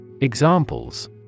Examples